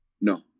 No